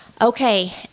Okay